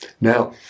Now